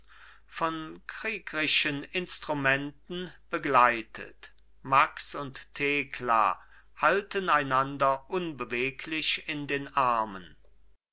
von kriegerischen instrumenten begleitet max und thekla halten einander unbeweglich in den armen